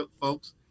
folks